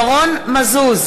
ירון מזוז,